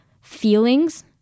feelings